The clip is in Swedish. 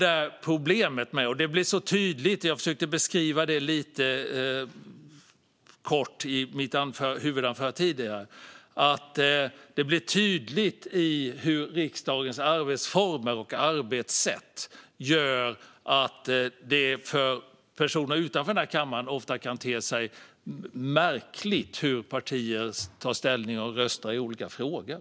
Det blir tydligt, och jag försökte beskriva det lite kort i mitt huvudanförande tidigare, att riksdagens arbetssätt för personer utanför den här kammaren kan te sig märkligt när det gäller hur partier tar ställning och röstar i olika frågor.